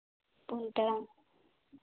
ᱯᱩᱱ ᱴᱟᱲᱟᱝ